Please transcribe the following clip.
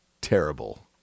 terrible